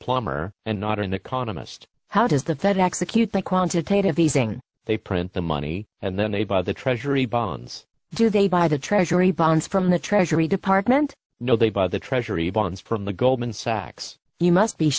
plumber and not an economist how does the fed execute the quantitative easing they print the money and then they buy the treasury bonds do they buy the treasury bonds from the treasury department no they buy the treasury bonds from the goldman sachs you must be